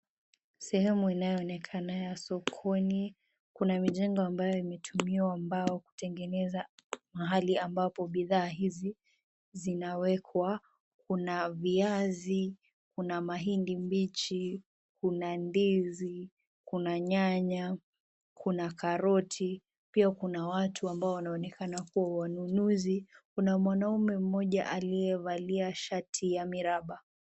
Sehemu inaonekana ya sokoni. Kuna mijengo ambayo imetumiwa mbao kutengeneza mahali ambapo bidhaa hizi zinawekwa. Kuna viazi, kuna mahindi mbichi, kuna ndizi, kuna nyanya, kuna karoti. Pia kuna watu ambao wanaonekana kuwa wanunuzi. Kuna mwanaume mmoja aliyevaa shati ya miraba.